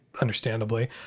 understandably